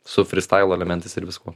su frystailo elementais ir viskuo